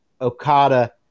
Okada